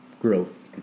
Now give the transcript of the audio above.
growth